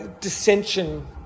dissension